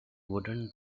wooden